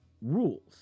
rules